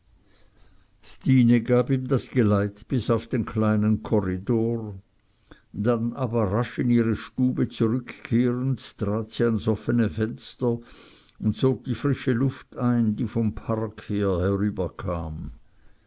gab ihm das geleit bis auf den kleinen korridor dann aber rasch in ihre stube zurückkehrend trat sie ans offene fenster und sog die frische luft ein die vom park her herüberkam